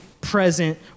present